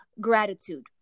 gratitude